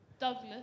Douglas